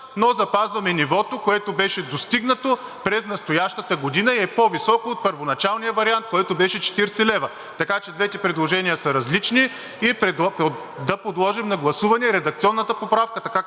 но запазваме нивото, което беше достигнато през настоящата година и е по-високо от първоначалния вариант, който беше 40 лв. Така че двете предложения са различни и предлагам да подложим на гласуване редакционната поправка, така както